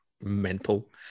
mental